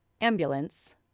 ambulance